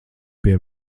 pie